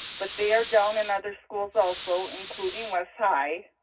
but they are down in other schools also including west high.